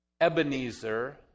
Ebenezer